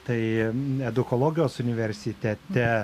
tai edukologijos universitete